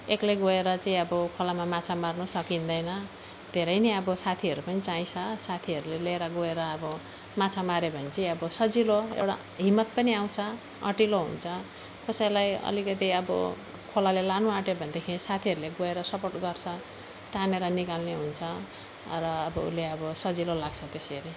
एक्लै गएर चाहिँ अब खोलामा माछा मार्नु सकिँदैन धेरै नै अब साथीहरू पनि चाहिन्छ साथीहरूले लिएर गएर अब माछा माऱ्यो भने चाहिँ अब सजिलो एउडा हिम्मत पनि आउँछ आँटिलो हुन्छ कसैलाई अलिकति अब खोलाले लानु आट्यो भनेदेखि साथीहरूले गएर सपोर्ट गर्छ तानेर निकाल्ने हुन्छ र अब उसले अब सजिलो लाग्छ त्यसरी